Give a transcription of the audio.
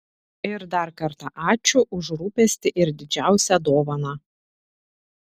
ir dar kartą ačiū už rūpestį ir didžiausią dovaną